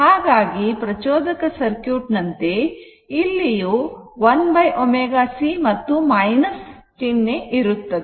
ಹಾಗಾಗಿ ಪ್ರಚೋದಕ ಸರ್ಕ್ಯೂಟ್ ನಂತೆ ಇಲ್ಲಿಯೂ 1 ω c ಮತ್ತು ಚಿಹ್ನೆ ಇರುತ್ತದೆ